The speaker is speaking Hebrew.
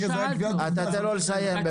תן לו לסיים.